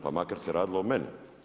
Pa makar se radilo o meni.